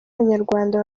abanyarwanda